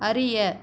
அறிய